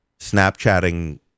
snapchatting